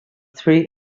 three